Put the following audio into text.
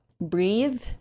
breathe